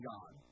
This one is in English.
God